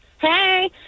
Hey